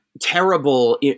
terrible